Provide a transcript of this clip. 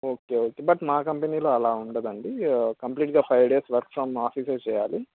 okay okay but మా కంపెనీలో అలా ఉండదండి కంప్లీట్గా ఫైవ్ డేస్ వర్క్ ఫ్రమ్ ఆఫీసె చెయ్యాలి